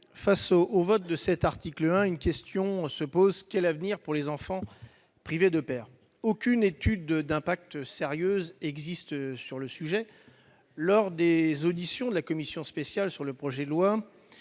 moment du vote de cet article 1, une question se pose : quel avenir pour les enfants privés de père ? Aucune étude d'impact sérieuse n'existe sur le sujet. Lors des auditions de la commission spéciale sur le projet de loi,